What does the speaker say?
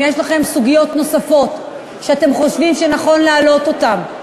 אם יש לכם סוגיות נוספות שאתם חושבים שנכון להעלות אותן,